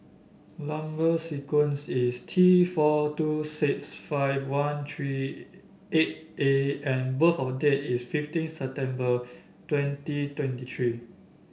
number sequence is T four two six five one three eight A and birth of date is fifteen September twenty twenty three